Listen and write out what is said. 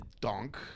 donk